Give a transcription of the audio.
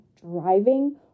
driving